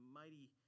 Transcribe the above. mighty